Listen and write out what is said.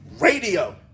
radio